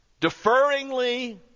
deferringly